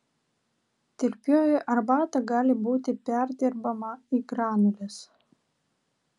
tirpioji arbata gali būti perdirbama į granules